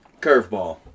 Curveball